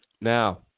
Now